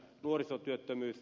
nuorisotyöttömyys